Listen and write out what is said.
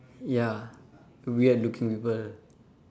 ya weird looking people